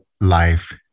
life